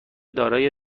دارای